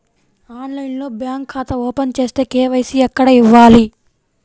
ఆన్లైన్లో బ్యాంకు ఖాతా ఓపెన్ చేస్తే, కే.వై.సి ఎక్కడ ఇవ్వాలి?